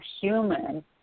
human